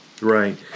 right